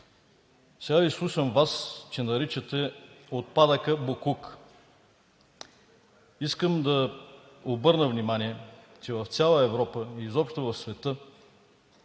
Сега Ви слушам Вас, че наричате отпадъка „боклук“. Искам да обърна внимание, че в цяла Европа и изобщо в света